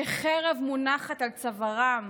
שחרב מונחת על צווארם